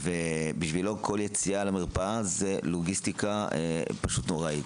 בשבילו כל יציאה למרפאה זה לוגיסטיקה נוראית